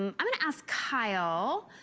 um i'm going to ask kyle.